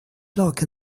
block